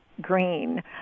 green